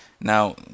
Now